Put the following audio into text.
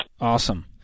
Awesome